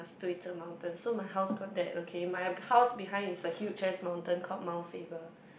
对着 mountain so my house got that okay my house behind is a huge ass mountain called Mount-Faber